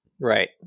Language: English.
Right